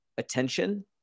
attention